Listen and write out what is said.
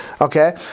Okay